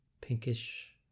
pinkish